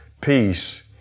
peace